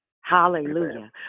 Hallelujah